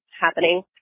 happening